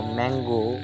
mango